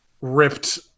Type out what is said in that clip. ripped